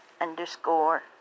Underscore